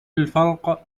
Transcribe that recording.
الفرق